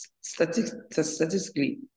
statistically